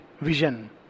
vision